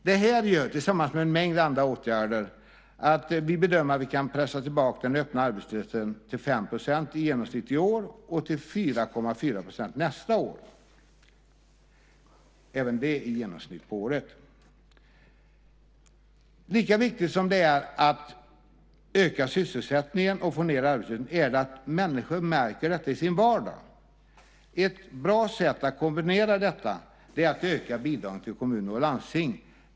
Det här gör, tillsammans med en mängd andra åtgärder, att vi bedömer att vi kan pressa tillbaka den öppna arbetslösheten till 5 % i genomsnitt i år och till 4,4 % nästa år, även det i genomsnitt. Lika viktigt som det är att öka sysselsättningen och få ned arbetslösheten är det att människor märker detta i sin vardag. Ett bra sätt att kombinera detta är att öka bidragen till kommuner och landsting.